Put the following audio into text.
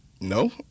no